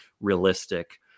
realistic